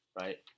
right